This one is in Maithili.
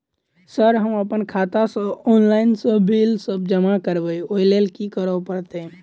सर हम अप्पन खाता सऽ ऑनलाइन सऽ बिल सब जमा करबैई ओई लैल की करऽ परतै?